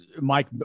Mike